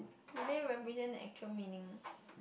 do they represent the actual meaning